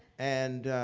and